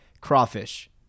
crawfish